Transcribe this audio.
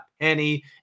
Penny